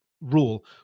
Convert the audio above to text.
Rule